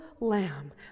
lamb